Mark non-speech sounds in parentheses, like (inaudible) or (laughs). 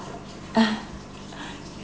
(laughs)